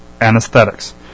anesthetics